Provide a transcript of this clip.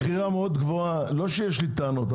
לא שיש לי טענות,